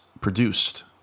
produced